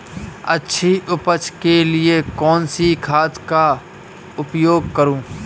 अच्छी उपज के लिए कौनसी खाद का उपयोग करूं?